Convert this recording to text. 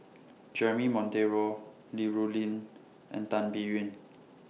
Jeremy Monteiro Li Rulin and Tan Biyun